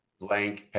Blank